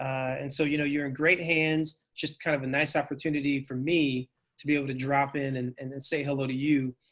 and so you know you're in great hands. just kind of a nice opportunity for me to be able to drop in and and then say hello to you.